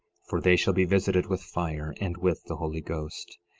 for they shall be visited with fire and with the holy ghost,